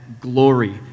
glory